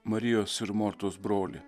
marijos ir mortos broli